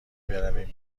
برویم